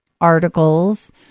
articles